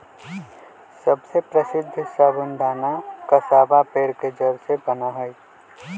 सबसे प्रसीद्ध साबूदाना कसावा पेड़ के जड़ से बना हई